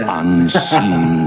unseen